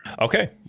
Okay